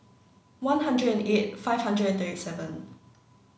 one hundred and eight five hundred thirty seven